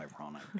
ironic